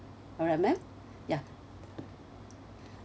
alright ma'am ya